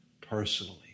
personally